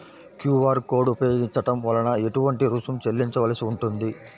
QR code ఉపయోగించటం వలన ఏటువంటి రుసుం చెల్లించవలసి ఉంటుంది?